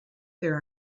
there